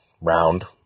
round